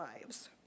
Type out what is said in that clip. lives